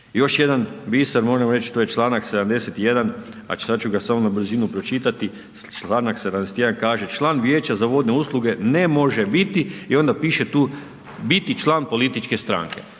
Još jedan biser moram reći, to je članak 71. a sada ću ga samo na brzinu pročitati. Članak 71. kaže: „Član Vijeća za vodne usluge ne može biti…“, i onda piše tu: „…biti član političke stranke.“.